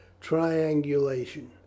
Triangulation